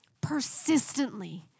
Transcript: persistently